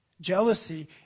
Jealousy